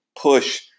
push